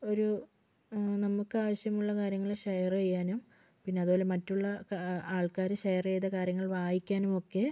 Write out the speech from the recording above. ഒരു നമുക്ക് ആവശ്യമുള്ള കാര്യങ്ങൾ ഷെയർ ചെയ്യാനും പിന്നെ അതുപോലെ മറ്റുള്ള ആൾക്കാര് ഷെയർ ചെയ്ത കാര്യങ്ങൾ വായിക്കാനും ഒക്കെ